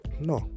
No